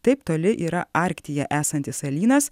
taip toli yra arktyje esantis salynas